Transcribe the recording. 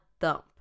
thump